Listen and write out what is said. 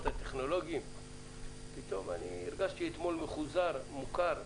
הטכנולוגיים פתאום הרגשתי אתמול מחוזר ומוכר.